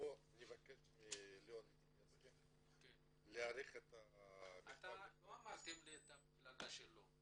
בואו נבקש מליאון --- לא אמרתם לי מה המפלגה שלו.